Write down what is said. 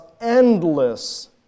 endless